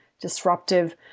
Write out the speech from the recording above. disruptive